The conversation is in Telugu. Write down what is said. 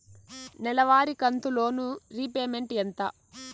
నెలవారి కంతు లోను రీపేమెంట్ ఎంత?